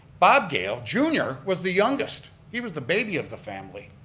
bob gayle jr was the youngest. he was the baby of the family.